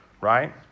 right